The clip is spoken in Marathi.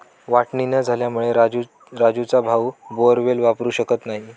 वाटणी न झाल्यामुळे राजू राजूचा भाऊ बोअरवेल वापरू शकत नाही